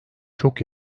çok